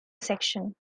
section